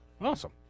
Awesome